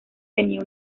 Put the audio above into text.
tenía